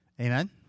Amen